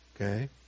okay